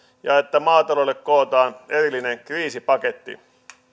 ja että maataloudelle kootaan erillinen kriisipaketti